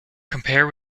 compare